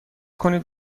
کنید